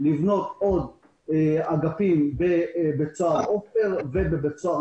לבנות עוד אגפים בבית-סוהר "עופר" ובבית-סוהר